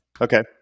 Okay